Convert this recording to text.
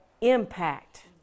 impact